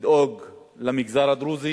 לדאוג למגזר הדרוזי